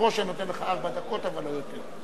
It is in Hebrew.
מראש אני נותן לך ארבע דקות, אבל לא יותר.